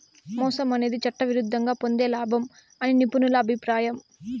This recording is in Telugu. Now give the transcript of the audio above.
మోసం అనేది చట్టవిరుద్ధంగా పొందే లాభం అని నిపుణుల అభిప్రాయం